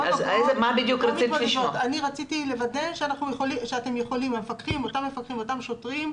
אני רציתי לוודא שאותם מפקחים ואותם שוטרים,